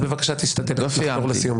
אז בבקשה תחתור לסיום.